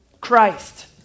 Christ